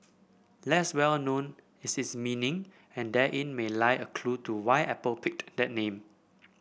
less well known is its meaning and therein may lie a clue to why Apple picked that name